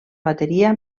bateria